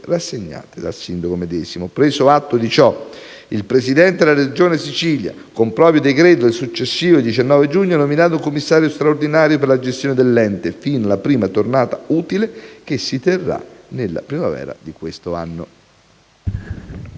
rassegnate dal sindaco medesimo. Preso atto di ciò, il Presidente della Regione Siciliana, con proprio decreto del successivo 19 giugno, ha nominato un commissario straordinario per la gestione dell'ente fino alla prima tornata elettorale utile che si terrà nella primavera di quest'anno.